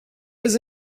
was